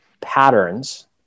patterns